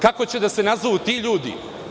Kako će da se nazovu ti ljudi?